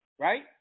Right